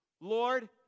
Lord